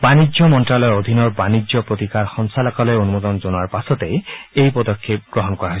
বাণিজ্য মন্তালয়ৰ অধীনৰ বাণিজ্য প্ৰতিকাৰ সঞ্চালকালয়ে অনুমোদন জনোৱাৰ পাছতেই এই পদক্ষেপ গ্ৰহণ কৰা হয়